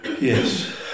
Yes